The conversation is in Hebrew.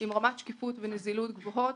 עם רמת שקיפות ונזילות גבוהות,